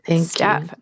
step